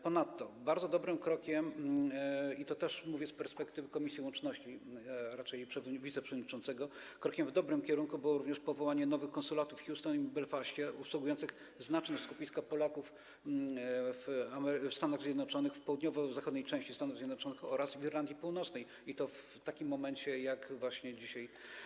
Ponadto bardzo dobrym krokiem - i to też mówię z perspektywy komisji łączności, a raczej jej wiceprzewodniczącego - krokiem w dobrym kierunku było powołanie nowych konsulatów w Houston i w Belfaście, obsługujących znaczne skupiska Polaków w południowo-zachodniej części Stanów Zjednoczonych oraz w Irlandii Północnej, i to w takim momencie, jak właśnie dzisiaj.